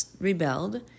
rebelled